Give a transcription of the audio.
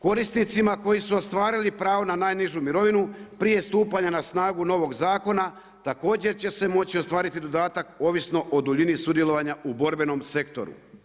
Korisnicima koji su ostvarili pravo na najnižu mirovinu prije stupanja na snagu novog zakona također će se moći ostvariti dodatak ovisno o duljini sudjelovanja u borbenom sektoru.